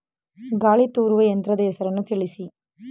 ಗಾಳಿ ತೂರುವ ಯಂತ್ರದ ಹೆಸರನ್ನು ತಿಳಿಸಿ?